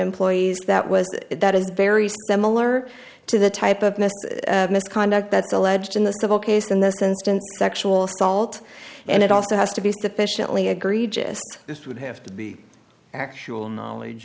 employees that was that is very similar to the type of missed misconduct that alleged in the civil case in this instance sexual assault and it also has to be sufficiently agreed just this would have to be actual knowledge